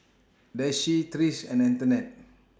Daisye Trish and Antonette